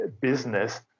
business